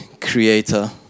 Creator